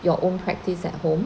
your own practice at home